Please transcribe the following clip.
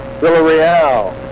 Villarreal